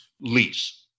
lease